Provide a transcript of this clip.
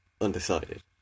undecided